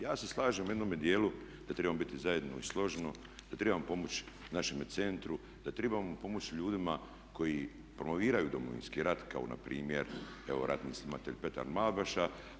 Ja se slažem u jednome djelu da trebamo biti zajedno i složno, da trebamo pomoći našemu centru, da trebamo pomoći ljudima koji promoviraju Domovinski rat kao npr. evo ratni snimatelj Petar Malbaša.